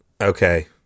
okay